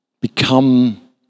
become